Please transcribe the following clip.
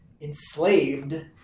enslaved